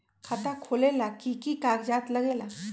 खाता खोलेला कि कि कागज़ात लगेला?